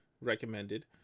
recommended